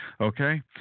Okay